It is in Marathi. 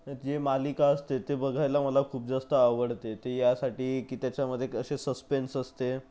जे मालिका असते ते बघायला मला खूप जास्त आवडते ते यासाठी की त्याच्यामध्ये कसे सस्पेन्स असते